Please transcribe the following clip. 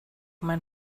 mein